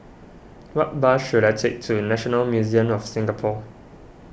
what bus should I take to National Museum of Singapore